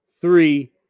three